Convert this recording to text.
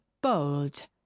Bold